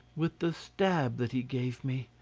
with the stab that he gave me,